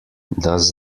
does